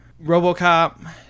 Robocop